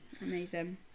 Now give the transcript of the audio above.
amazing